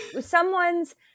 someone's